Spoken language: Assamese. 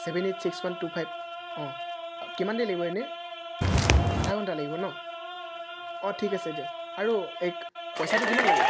seven eight six one two five অঁ কিমান দেৰি লাগিব এনেই আধা ঘণ্টা লাগিব ন অঁ ঠিক আছে দিয়ক আৰু এই পইচাটো কিমান ল'ব